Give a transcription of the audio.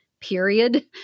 period